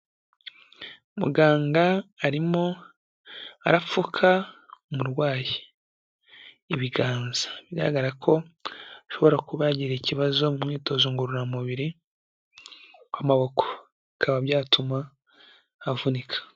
Muganga arimo arapfuka umurwayi ibiganza, bigaragara ko ashobora kuba yagiriye ikibazo mu mwitozo ngororamubiri w'amaboko, bikaba byatuma avunika.